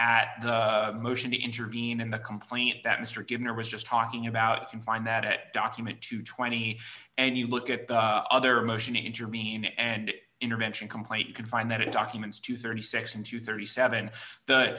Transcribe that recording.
at the motion to intervene in the complaint that mr given or was just talking about if you find that document to twenty and you look at the other motioning intervene and intervention complaint you can find that it documents to thirty six and to thirty seven the